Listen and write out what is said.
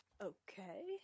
Okay